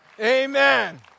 Amen